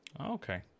Okay